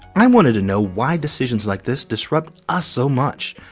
i wanted to know why decisions like this disrupt us so much.